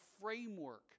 framework